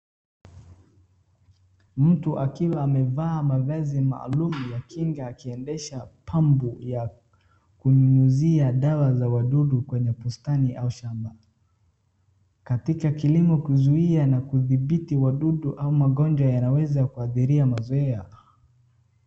Mtu akiwa amevaa mavazi maalum ya kinga akiendesha pampu ya kunyunyizia dawa za wadudu kwenye bustani au shamba. Katika kilimo kuzuia na kudhibiti wadudu au magonjwa yanaweza kuathiria mazoea.